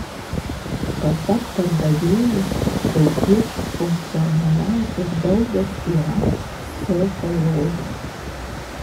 pasak pardavėjų tautiečiui funkcionaliausias baldas yra sofa lova